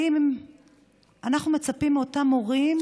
האם אנחנו מצפים מאותם הורים